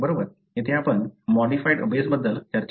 येथे आपण मॉडिफाइड बेसबद्दल चर्चा करणार आहोत